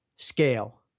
Scale